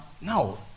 no